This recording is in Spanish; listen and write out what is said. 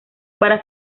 para